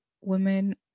women